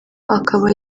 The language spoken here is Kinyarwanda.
akaba